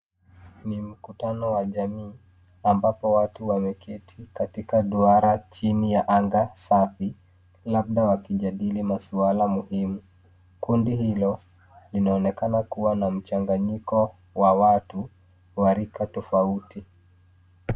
Ni mkutano wa jamii ambapo watu wameketi katika duara chini ya anga safi labda wakijadili maswala muhimu. Kundi hilo linaonekana kuwa na mchanganyiko wa watu, wa rika tofauti.